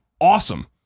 awesome